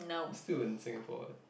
still in Singapore what